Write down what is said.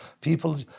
People